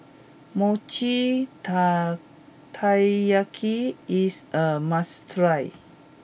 Mochi Ta Taiyaki is a must try